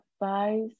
advice